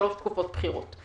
שלוש תקופות בחירות.